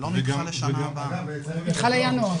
ועם כל הכבוד לחברי מהאופוזיציה,